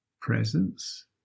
presence